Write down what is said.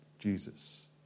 Jesus